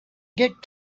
get